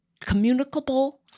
communicable